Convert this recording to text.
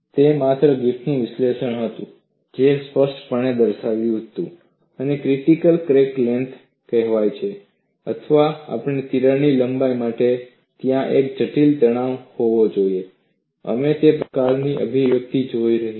તે માત્ર ગ્રિફિથનું વિશ્લેષણ હતું જેણે સ્પષ્ટપણે દર્શાવ્યું હતું કે ક્રિટિકલ ક્રેક લેન્થ કહેવાય છે અથવા આપેલ તિરાડ લંબાઈ માટે ત્યાં એક જટિલ તણાવ હોવો જોઈએ અમે તે પ્રકારની અભિવ્યક્તિ જોઈ હતી